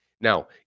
Now